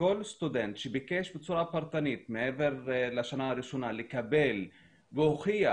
כל סטודנט שביקש בצורה פרטנית מעבר לשנה הראשונה לקבל והוכיח